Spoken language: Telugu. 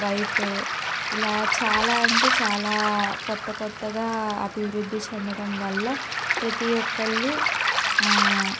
వైఫై ఇలా చాలా అంటే చాలా కొత్త కొత్తగా అభివృద్ధి చెందడం వల్ల ప్రతీఒక్కళ్ళు